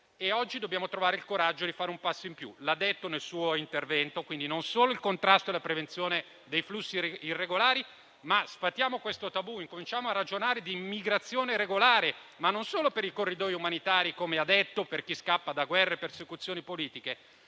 e oggi dobbiamo trovare il coraggio di fare un passo in più. Lei lo ha detto nel suo intervento. Occorrono quindi non solo il contrasto e la prevenzione dei flussi irregolari; sfatiamo questo tabù e cominciamo a ragionare di immigrazione regolare, non solo per i corridoi umanitari, come ha detto, per chi scappa da guerre e persecuzioni politiche,